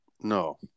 no